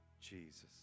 Jesus